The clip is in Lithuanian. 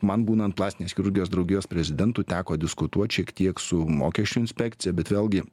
man būnan plastinės chirurgijos draugijos prezidentu teko diskutuot šiek tiek su mokesčių inspekcija bet vėlgi